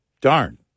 darn